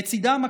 לצידם,